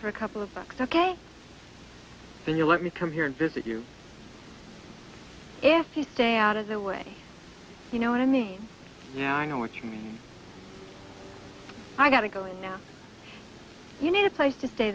for a couple of bucks ok when you let me come here and visit you if you think out of the way you know what i mean yeah i know what you mean i gotta go now you need a place to stay